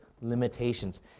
limitations